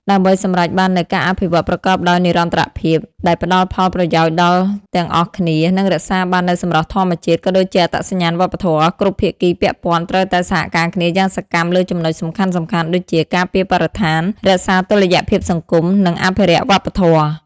ដើម្បីសម្រេចបាននូវការអភិវឌ្ឍប្រកបដោយនិរន្តរភាព ដែលផ្តល់ផលប្រយោជន៍ដល់ទាំងអស់គ្នា និងរក្សាបាននូវសម្រស់ធម្មជាតិ ក៏ដូចជាអត្តសញ្ញាណវប្បធម៌ គ្រប់ភាគីពាក់ព័ន្ធត្រូវតែសហការគ្នាយ៉ាងសកម្មលើចំណុចសំខាន់ៗដូចជា ការពារបរិស្ថាន រក្សាតុល្យភាពសង្គម និងអភិរក្សវប្បធម៌។